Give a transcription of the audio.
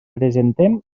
presentem